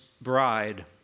bride